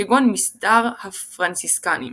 כגון מסדר הפרנסיסקנים.